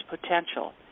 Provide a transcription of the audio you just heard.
potential